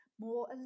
more